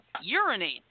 urinate